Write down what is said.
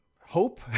hope